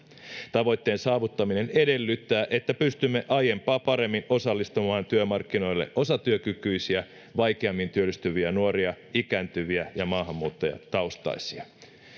tavoitteen saavuttaminen edellyttää että pystymme aiempaa paremmin osallistamaan työmarkkinoille osatyökykyisiä vaikeammin työllistyviä nuoria ikääntyviä ja maahanmuuttajataustaisia